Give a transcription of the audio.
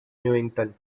newington